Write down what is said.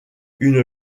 une